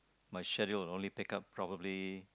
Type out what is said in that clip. my schedule would only pick up probably